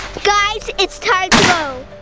guys, it's time to go.